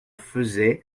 faisait